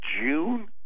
June